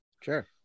Sure